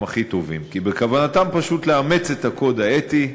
הם הכי טובים, כי בכוונתם פשוט לאמץ את הקוד האתי.